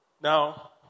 Now